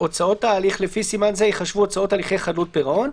הוצאות ההליך לפי סימן זה ייחשבו הוצאות הליכי חדלות פירעון,